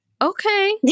Okay